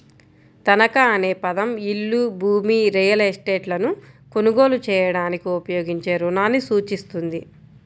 తనఖా అనే పదం ఇల్లు, భూమి, రియల్ ఎస్టేట్లను కొనుగోలు చేయడానికి ఉపయోగించే రుణాన్ని సూచిస్తుంది